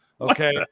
okay